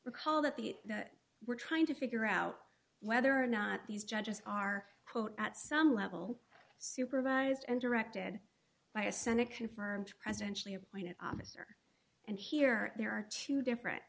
recall that the we're trying to figure out whether or not these judges are quote at some level supervised and directed by a senate confirmed presidential appointed her and here there are two different